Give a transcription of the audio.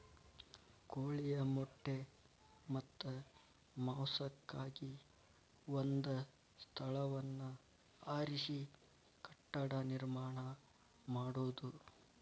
ಕೋಳಿಯ ಮೊಟ್ಟೆ ಮತ್ತ ಮಾಂಸಕ್ಕಾಗಿ ಒಂದ ಸ್ಥಳವನ್ನ ಆರಿಸಿ ಕಟ್ಟಡಾ ನಿರ್ಮಾಣಾ ಮಾಡುದು